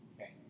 okay